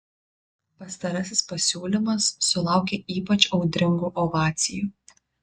pastarasis pasiūlymas sulaukė ypač audringų ovacijų